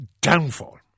downfall